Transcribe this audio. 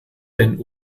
denn